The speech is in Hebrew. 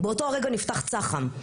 באותו הרגע נפתח צח"ם,